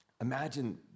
Imagine